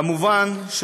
כמובן,